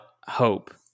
hope